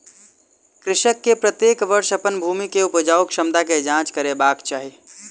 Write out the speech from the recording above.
कृषक के प्रत्येक वर्ष अपन भूमि के उपजाऊ क्षमता के जांच करेबाक चाही